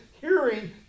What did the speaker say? Hearing